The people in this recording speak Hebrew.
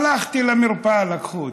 הלכתי למרפאה, לקחו אותי,